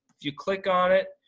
if you click on it,